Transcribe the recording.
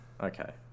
Okay